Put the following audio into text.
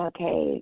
Okay